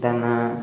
ଦାନା